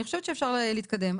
אני חושבת שאפשר להתקדם.